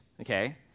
Okay